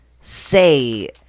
say